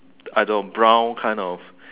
I don't know brown kind of